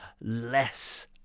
less